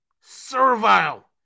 servile